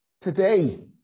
today